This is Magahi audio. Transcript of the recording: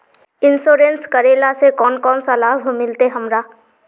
इंश्योरेंस करेला से कोन कोन सा लाभ मिलते हमरा?